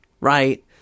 right